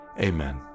amen